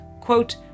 quote